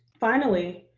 finally,